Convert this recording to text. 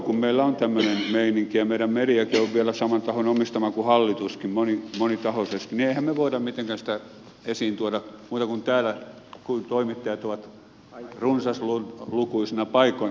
kun meillä on tämmöinen meininki ja meidän mediakin on vielä saman tahon omistama kuin hallituskin monitahoisesti niin emmehän me voi mitenkään sitä esiin tuoda muuta kuin täällä kun toimittajat ovat runsaslukuisina paikalla